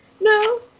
No